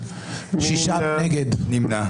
מי נמנע?